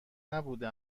نبوده